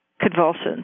convulsions